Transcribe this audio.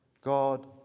God